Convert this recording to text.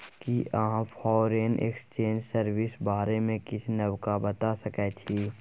कि अहाँ foreign exchange service बारे मे किछ नबका बता सकै छी